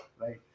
right